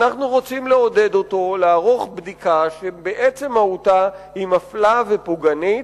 אנו רוצים לעודד אותו לערוך בדיקה שבעצם מהותה היא מפלה ופוגענית,